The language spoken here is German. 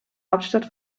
hauptstadt